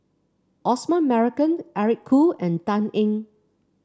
Osman Merican Eric Khoo and Dan Ying